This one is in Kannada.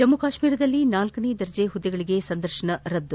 ಜಮ್ಮು ಕಾಶ್ನೀರದಲ್ಲಿ ನಾಲ್ತನೇ ದರ್ಜೆ ಹುದ್ದೆಗಳಿಗೆ ಸಂದರ್ಶನ ರದ್ದು